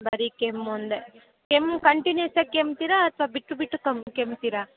ಬರಿ ಕೆಮ್ಮು ಒಂದೇ ಕೆಮ್ಮು ಕಂಟಿನ್ಯೂಸ್ಸಾಗಿ ಕೆಮ್ತಿರಾ ಅಥ್ವಾ ಬಿಟ್ಟು ಬಿಟ್ಟು ಕೆಂ ಕೆಮ್ತಿರಾ